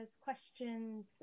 questions